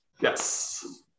yes